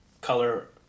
color